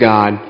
God